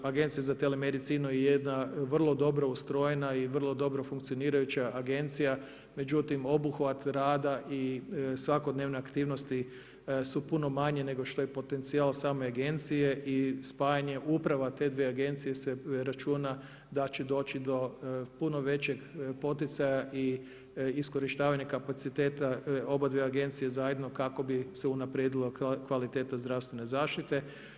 Agencija za telemedicinu je jedna vrlo dobro ustrojena i vrlo dobro funkcionirajuća agencija, međutim obuhvat rada i svakodnevne aktivnosti su puno manje nego što je potencijal same agencije i spajanje uprava te dvije agencije se računa da će doći do puno većeg poticaja i iskorištava kapaciteta obadvije agencije zajedno kako bi se unaprijedila kvaliteta zdravstvene zaštite.